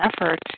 effort